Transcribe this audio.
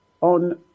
on